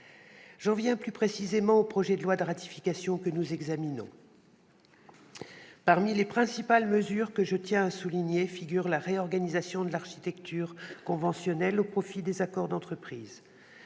J'en viens plus précisément au projet de loi de ratification que nous examinons aujourd'hui. Parmi les principales mesures que je tiens à mettre en exergue figure la réorganisation de l'architecture conventionnelle au profit des accords d'entreprise.